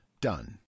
Done